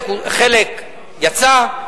חלק יצא,